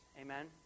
Amen